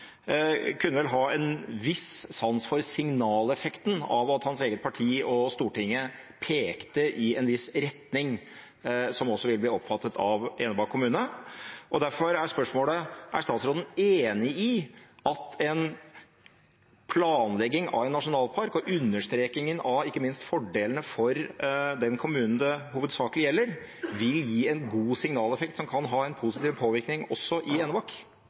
kunne vel ha en viss sans for signaleffekten av at hans eget parti og Stortinget pekte i en viss retning, som også vil bli oppfattet av Enebakk kommune. Derfor er spørsmålet: Er statsråden enig i at planlegging av en nasjonalpark og understrekingen av ikke minst fordelene for den kommunen det hovedsakelig gjelder, vil gi en god signaleffekt som kan ha en positiv påvirkning også i Enebakk?